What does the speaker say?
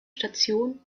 station